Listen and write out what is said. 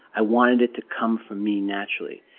i wanted it to come from me naturally,